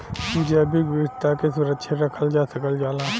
जैविक विविधता के सुरक्षित रखल जा सकल जाला